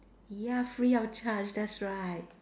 ya free of charge that's right